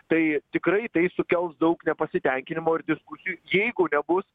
tai tikrai tai sukels daug nepasitenkinimo ir diskusijų jeigu nebus